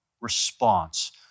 response